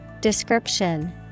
Description